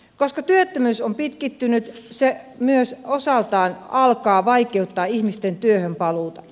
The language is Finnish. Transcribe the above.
koska työttömyys on pitkittynyt se myös osaltaan alkaa vaikeuttaa ihmisten työhön paluuta